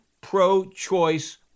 pro-choice